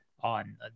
on